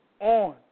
on